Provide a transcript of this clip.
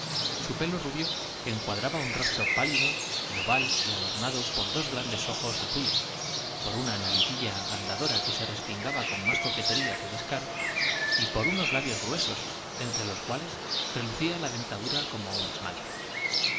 su pelo rubio encuadraba un rostro pálido y oval adornado por dos grandes ojos azules por una naricilla andaluza que se respingaba con más coquetería que descaro y por unos labios gruesos entre los cuales relucía la dentadura como un esmalte